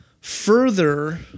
further